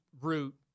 root